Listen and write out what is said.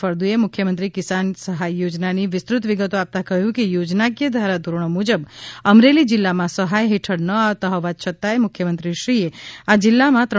ફળદુએ મુખ્યમંત્રી કિસાન સહાય યોજનાની વિસ્તૃત વિગતો આપતાં કહ્યું કે યોજનાકીય ધારા ધોરણો મુજબ અમરેલી જિલ્લામાં સહાય હેઠળ ન આવતા હોવા છતાંય મુખ્યમંત્રીશ્રીએ આ જિલ્લામાં રૂ